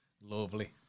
lovely